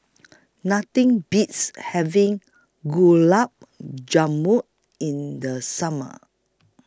Nothing Beats having Gulab Jamun in The Summer